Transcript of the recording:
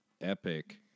epic